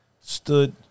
stood